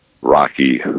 rocky